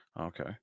Okay